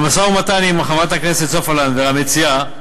לאחר משא-ומתן עם חברת הכנסת סופה לנדבר, המציעה,